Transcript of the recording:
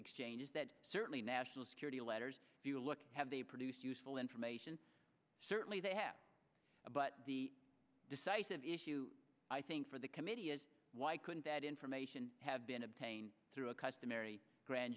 exchanges that certainly national security letters if you look have they produced useful information certainly they have but the decisive issue i think for the committee is why couldn't that information have been obtained through a customary grand